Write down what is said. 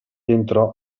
entrò